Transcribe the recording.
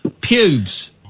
pubes